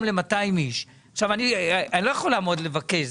מבחינתי יהיו דיונים אחרים,